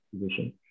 position